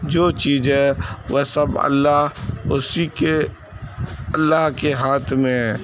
جو چیزیں وہ سب اللہ اسی کے اللہ کے ہاتھ میں ہے